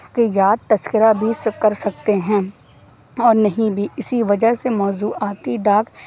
کی یاد تذکرہ بھی کر سکتے ہیں اور نہیں بھی اسی وجہ سے موضوعاتی ڈاک